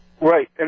Right